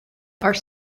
are